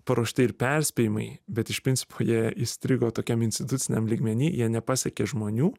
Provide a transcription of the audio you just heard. paruošti ir perspėjimai bet iš principo jie įstrigo tokiam instituciniam lygmeny jie nepasiekė žmonių